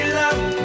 love